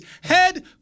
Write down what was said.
head